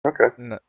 Okay